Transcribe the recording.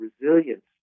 resilience